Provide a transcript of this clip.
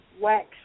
wax